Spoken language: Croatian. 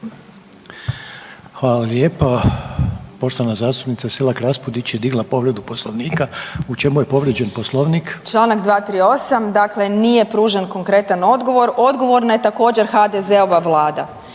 Hvala lijepo. Poštovana zastupnica Selak Raspudić je digla povredu Poslovnika. U čemu je povrijeđen Poslovnik? **Selak Raspudić, Marija (Nezavisni)** Članak 238. Dakle nije pružen konkretan odgovor. Odgovorna je također HDZ-ova Vlada.